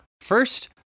First